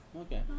Okay